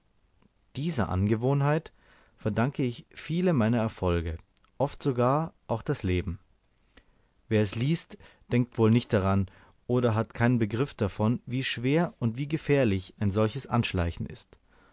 dieser angewohnheit verdanke ich viele meiner erfolge oft sogar auch das leben wer es liest denkt wohl nicht daran oder hat keinen begriff davon wie schwer und wie gefährlich ein solches anschleichen ist